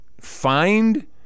find